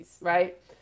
right